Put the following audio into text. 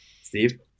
Steve